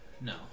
No